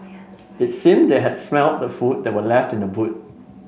it seemed that they had smelt the food that were left in the boot